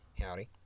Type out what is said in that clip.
Howdy